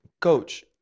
Coach